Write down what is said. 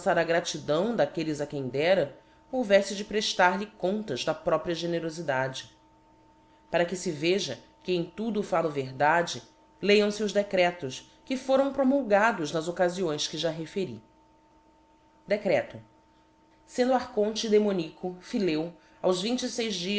a gratidão daquelles a quem dera houveíte de preftar lhes contas da própria generofidade para que fe veja que em tudo fallo verdade lêam fe os decretos que foram promulgados nas occaíiões que já referi a oração da coroa sq decreto c sendo archonte demonico phyleu aos